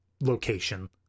location